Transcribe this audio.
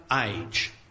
age